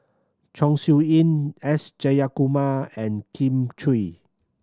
Chong Siew Ying S Jayakumar and Kin Chui